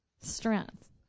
Strength